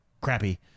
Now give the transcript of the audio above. crappy